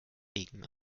regen